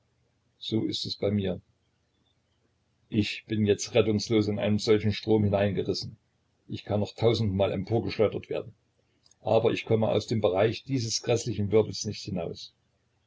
so ist es bei mir ich bin jetzt rettungslos in einem solchen strom hineingerissen ich kann noch tausendmal emporgeschleudert werden aber ich komme aus dem bereich dieses gräßlichen wirbels nicht hinaus